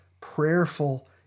prayerful